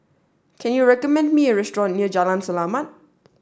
can you recommend me a restaurant near Jalan Selamat